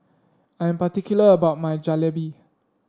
I am particular about my Jalebi